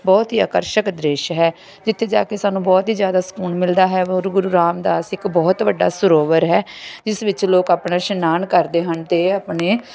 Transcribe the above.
ਬਹੁਤ ਹੀ ਆਕਰਸ਼ਕ ਦ੍ਰਿਸ਼ ਹੈ ਜਿੱਥੇ ਜਾ ਕੇ ਸਾਨੂੰ ਬਹੁਤ ਹੀ ਜ਼ਿਆਦਾ ਸਕੂਨ ਮਿਲਦਾ ਹੈ ਗੁਰੂ ਰਾਮਦਾਸ ਇੱਕ ਬਹੁਤ ਵੱਡਾ ਸਰੋਵਰ ਹੈ ਜਿਸ ਵਿੱਚ ਲੋਕ ਆਪਣਾ ਇਸ਼ਨਾਨ ਕਰਦੇ ਹਨ ਅਤੇ ਆਪਣੇ